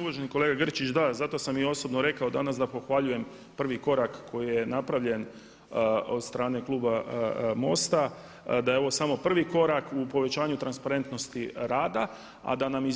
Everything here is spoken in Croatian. Uvaženi kolega Grčić, da zato sam i osobno rekao danas da pohvaljujem prvi korak koji je napravljen od strane kluba MOST-a, da je ovo samo prvi korak u povećanju transparentnosti rada, a da nam